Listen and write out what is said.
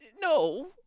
no